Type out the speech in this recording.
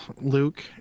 luke